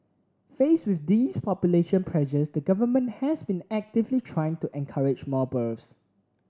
faced with these population pressures the Government has been actively trying to encourage more births